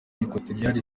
equatoriale